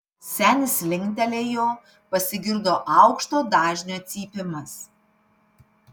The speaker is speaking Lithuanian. senis linktelėjo pasigirdo aukšto dažnio cypimas